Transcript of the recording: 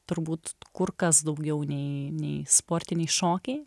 turbūt kur kas daugiau nei nei sportiniai šokiai